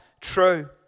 true